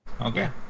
Okay